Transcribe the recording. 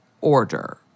order